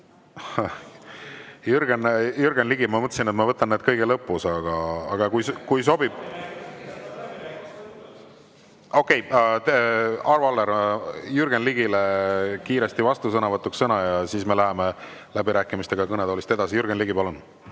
Jürgen Ligi, ma mõtlesin, et ma võtan need kõige lõpus, aga kui sobib … (Saalist öeldakse midagi.) Okei, Arvo Aller, annan Jürgen Ligile kiiresti vastusõnavõtuks sõna ja siis me läheme läbirääkimistega kõnetoolist edasi. Jürgen Ligi, palun!